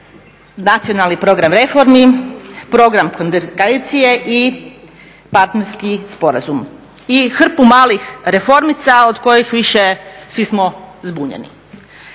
nacionalni program reformi, program konvergencije i partnerski sporazum i hrpu malih reformica od kojih više svi smo zbunjeni.